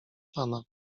pana